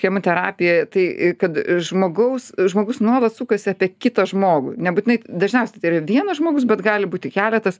chemoterapija tai kad žmogaus žmogus nuolat sukasi apie kitą žmogų nebūtinai dažniausiai tai yra vienas žmogus bet gali būti keletas